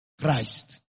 Christ